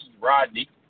Rodney